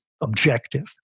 objective